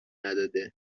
نداده